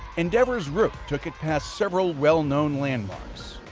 endeavour's route took it past several well-known landmarks.